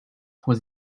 was